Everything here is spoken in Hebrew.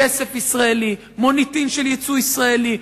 כסף ישראלי, מוניטין של יצוא ישראלי.